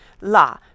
La